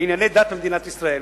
לענייני דת במדינת ישראל.